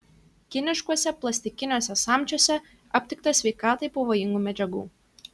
kiniškuose plastikiniuose samčiuose aptikta sveikatai pavojingų medžiagų